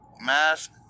mask